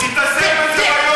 תתעסק בזה ביום-יום.